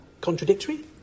contradictory